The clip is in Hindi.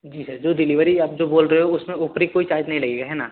जी सर जो डिलेवरी आप जो बोल रहे हो उसमें ऊपरी कोई चार्ज नहीं लगेगा है ना